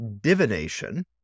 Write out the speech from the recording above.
divination